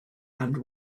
and